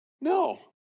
No